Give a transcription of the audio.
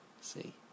See